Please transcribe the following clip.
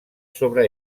sobre